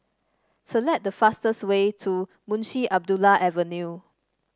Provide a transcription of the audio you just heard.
select the fastest way to Munshi Abdullah Avenue